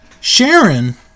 Sharon